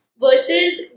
Versus